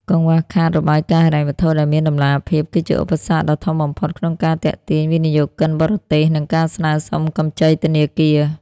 កង្វះខាតរបាយការណ៍ហិរញ្ញវត្ថុដែលមានតម្លាភាព គឺជាឧបសគ្គដ៏ធំបំផុតក្នុងការទាក់ទាញវិនិយោគិនបរទេស និងការស្នើសុំកម្ចីធនាគារ។